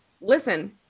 listen